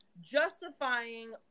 justifying